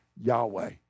Yahweh